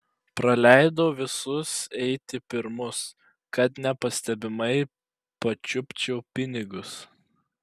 praleidau visus eiti pirmus kad nepastebimai pačiupčiau pinigus